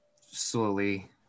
slowly